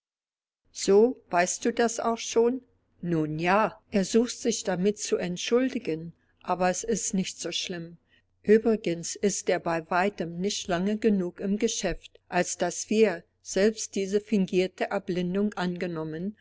so weißt du das auch schon nun ja er sucht sich damit zu entschuldigen aber es ist nicht so schlimm uebrigens ist er bei weitem nicht lange genug im geschäft als daß wir selbst diese fingierte erblindung angenommen